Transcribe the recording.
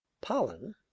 pollen